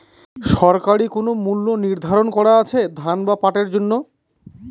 সরকারি কোন মূল্য নিধারন করা আছে ধান বা পাটের জন্য?